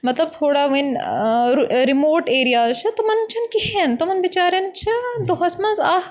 مطلب تھوڑا وَنۍ رِموٹ ایریاز چھِ تمَن چھِنہٕ کِہیٖنۍ تٕمَن بِچارٮ۪ن چھِ دۄہَس منٛز اَکھ